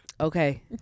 Okay